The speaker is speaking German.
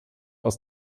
aus